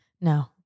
No